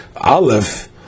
aleph